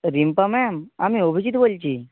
Rimpa ma'am আমি অভিজিৎ বলছি